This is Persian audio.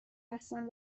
هستن